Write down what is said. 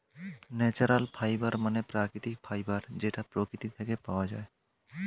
natural fibre মানে প্রাকৃতিক fibre যেটা প্রকৃতি থেকে পাওয়া যায়